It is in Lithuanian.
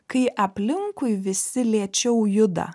kai aplinkui visi lėčiau juda